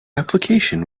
application